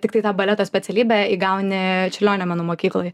tiktai tą baleto specialybę įgauni čiurlionio menų mokykloj